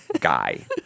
guy